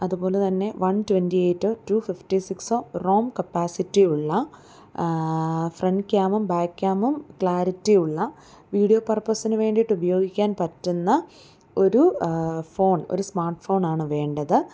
അതുപോലെതന്നെ one twenty eight two fifty six ROM കപ്പാസിറ്റിയുള്ള front ക്യാമും ബാക്ക് ക്യാമും ക്ലാരിറ്റിയുള്ള വീഡിയോ പെർപ്പസിന് വേണ്ടിയിട്ട് ഉപയോഗിക്കാൻ പറ്റുന്ന ഒരു ഫോൺ ഒരു സ്മാർട്ട്ഫോണാണ് വേണ്ടത്